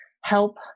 help